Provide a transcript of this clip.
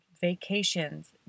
vacations